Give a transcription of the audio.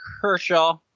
Kershaw